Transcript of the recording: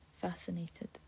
fascinated